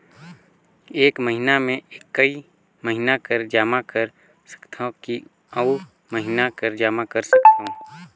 एक महीना मे एकई महीना कर जमा कर सकथव कि अउ महीना कर जमा कर सकथव?